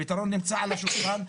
הפתרון נמצא על השולחן.